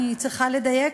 אני צריכה לדייק,